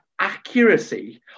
accuracy